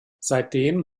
seitdem